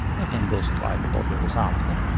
i can go straight for the result.